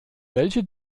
welche